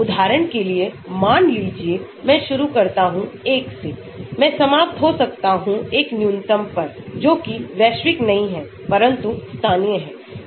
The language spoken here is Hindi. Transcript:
उदाहरण के लिए मान लीजिए मैं शुरू करता हूं 1 से मैं समाप्त हो सकता हूं एक न्यूनतम पर जो कि वैश्विक नहीं है परंतु स्थानीय है